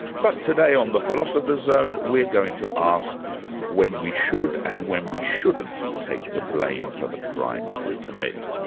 but today on the philosopher's zone, we're going to ask when we should, and when we shouldn't take the blame for the crimes we commit.